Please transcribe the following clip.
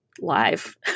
live